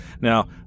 Now